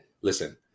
listen